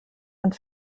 und